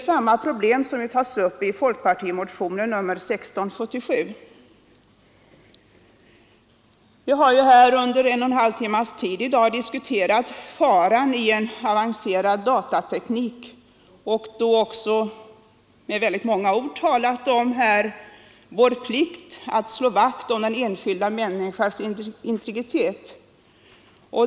Samma problem tas upp i folkpartimotionen 1677. Vi har ju tidigare i dag under en och en halv timme diskuterat faran med en avancerad datateknik och med många ord understrukit att det är vår plikt att slå vakt om den enskilda människans integritet.